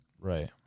Right